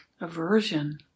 aversion